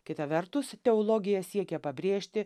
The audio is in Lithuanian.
kita vertus teologija siekia pabrėžti